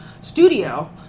studio